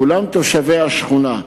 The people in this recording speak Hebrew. כולם תושבי השכונה,